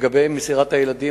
לגבי מסירת הילדים,